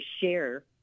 share